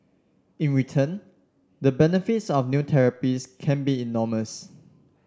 in return the benefits of new therapies can be enormous